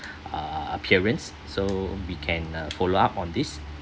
uh appearance so we can uh follow up on this